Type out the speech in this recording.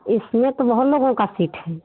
इसमें तो बहुत लोगों का फिट है